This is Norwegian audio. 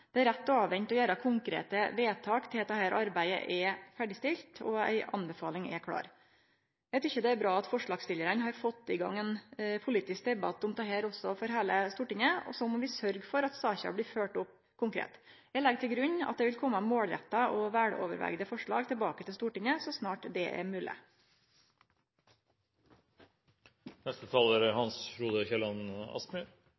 Det er rett å vente med å gjere konkrete vedtak til dette arbeidet er ferdigstilt og ei anbefaling er klar. Eg synest det er bra at forslagsstillarane har fått i gang ein politisk debatt om dette også for heile Stortinget, og så må vi sørgje for at saka blir følgt opp konkret. Eg legg til grunn at det vil kome målretta og vel gjennomtenkte forslag tilbake til Stortinget så snart det er